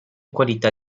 qualità